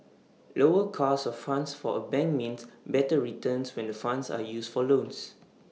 lower cost of funds for A bank means better returns when the funds are used for loans